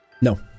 No